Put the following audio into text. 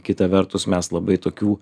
kita vertus mes labai tokių